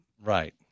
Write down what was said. Right